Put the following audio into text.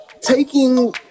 taking